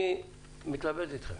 אני מתלבט אתכם.